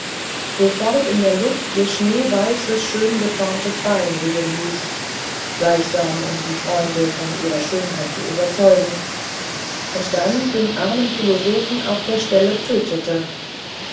sofort in der luft ihr schneeweißes schön geformtes bein sehen ließ gleichsam um die freunde von ihrer schönheit zu überzeugen und dann den armen philosophen auf der stelle tötete